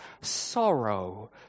sorrow